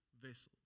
vessels